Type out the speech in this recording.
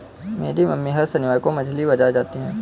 मेरी मम्मी हर शनिवार को मछली बाजार जाती है